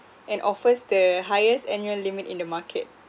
and offers the highest annual limit in the market